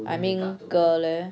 I mean girl leh